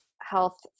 health